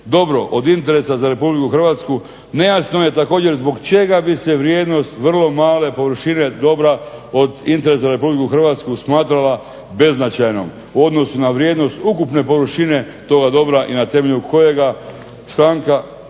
dobro od interesa za RH nejasno je točno zbog čega bi se vrijednost vrlo male površine dobra od interesa za RH smatrala beznačajnom u odnosu na vrijednost ukupne površine toga dobra i na temelju kojega stavka